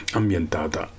ambientata